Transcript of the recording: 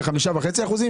ב-5.5%?